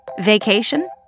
Vacation